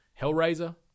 hellraiser